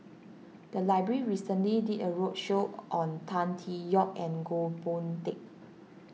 the library recently did a roadshow on Tan Tee Yoke and Goh Boon Teck